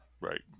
right